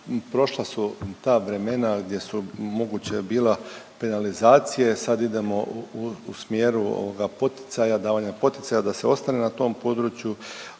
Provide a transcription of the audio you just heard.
Prošla su ta vremena gdje su moguća bila penalizacije, sad idemo u smjeru poticaja, davanja poticaja da se ostane na tom području.